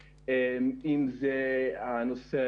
צרפת,